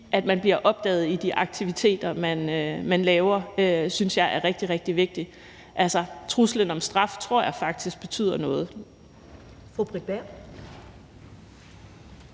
at man bliver opdaget i de aktiviteter, man laver, synes jeg er rigtig, rigtig vigtig. Truslen om straf tror jeg faktisk betyder noget.